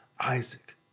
Isaac